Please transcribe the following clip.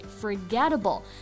forgettable